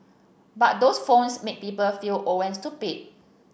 but those phones make people feel old and stupid